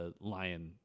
lion